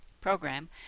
program